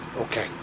Okay